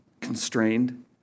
constrained